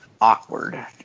awkward